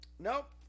Nope